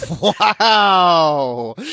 Wow